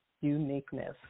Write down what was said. uniqueness